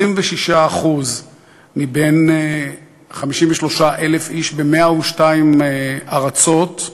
26% מקרב 53,000 איש ב-102 ארצות,